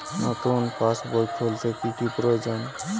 নতুন পাশবই খুলতে কি কি প্রয়োজন?